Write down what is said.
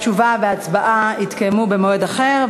התשובה וההצבעה יתקיימו במועד אחר,